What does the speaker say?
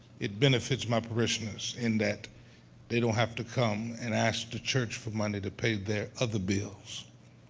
it benefits my parishioners in that they don't have to come and ask the church for money to pay their other bills.